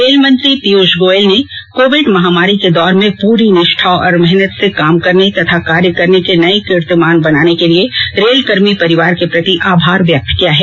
rail मंत्री पीयूष गोयल ने Covid महामारी के दौर में पूरी निष्ठा और मेहनत से काम करने तथा कार्य करने के नये कीर्तिमान बनाने के लिए रेलकर्मी परिवार के प्रति आभार व्यक्त किया है